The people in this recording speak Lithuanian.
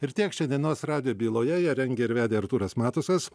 ir tiek šiandienos radijo byloje ją rengė ir vedė artūras matusas